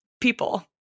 people